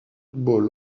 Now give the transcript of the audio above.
football